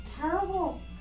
terrible